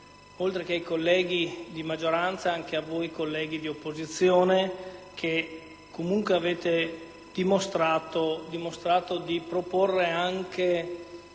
oltre che ai colleghi di maggioranza, anche a voi, colleghi di opposizione, che avete dimostrato di proporre